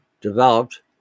developed